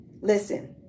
Listen